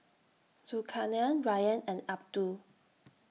Zulkarnain Ryan and Abdul